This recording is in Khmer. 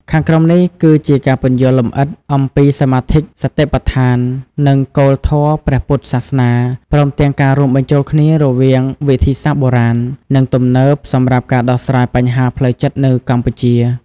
ខាងក្រោមនេះ គឺជាការពន្យល់លម្អិតអំពីសមាធិ សតិប្បដ្ឋាន និងគោលធម៌ព្រះពុទ្ធសាសនា ព្រមទាំងការរួមបញ្ចូលគ្នារវាងវិធីសាស្ត្របុរាណ និងទំនើបសម្រាប់ការដោះស្រាយបញ្ហាផ្លូវចិត្តនៅកម្ពុជា។